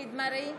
מופיד מרעי,